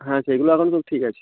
হ্যাঁ সেইগুলো এখন তো ঠিক আছে